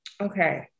okay